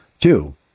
Two